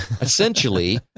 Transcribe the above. Essentially